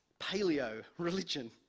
paleo-religion